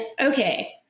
okay